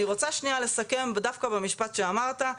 אני רוצה לסכם ודווקא במשפט שאמרת,